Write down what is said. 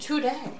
Today